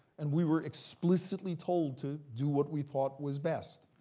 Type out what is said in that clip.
and we were explicitly told to do what we thought was best.